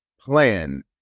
plan